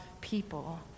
people